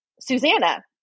Susanna